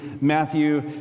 Matthew